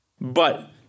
But-